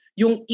yung